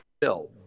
bill